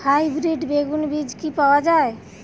Hybrid বেগুন বীজ কি পাওয়া য়ায়?